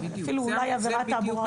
אפילו אולי עבירת תעבורה.